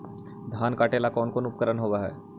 धान काटेला कौन कौन उपकरण होव हइ?